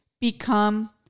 become